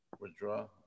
Withdraw